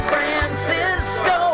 Francisco